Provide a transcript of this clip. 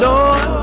Lord